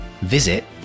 visit